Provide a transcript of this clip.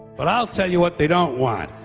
but i will tell you what they don't want.